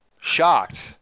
shocked